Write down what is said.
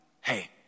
hey